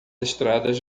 estradas